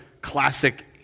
classic